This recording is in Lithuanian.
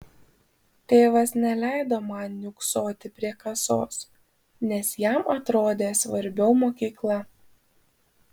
tėvas neleido man niūksoti prie kasos nes jam atrodė svarbiau mokykla